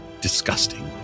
disgusting